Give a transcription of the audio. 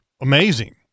amazing